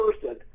person